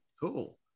Cool